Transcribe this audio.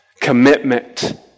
Commitment